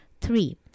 Three